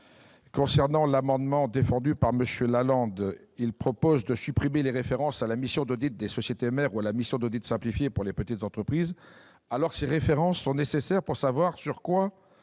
J'en demande le retrait. M. Lalande propose de supprimer les références à la mission d'audit des sociétés mères ou à la mission d'audit simplifié pour les petites entreprises. Or ces références sont nécessaires pour savoir sur quoi